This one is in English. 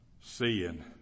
seeing